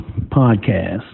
podcast